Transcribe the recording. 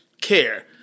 care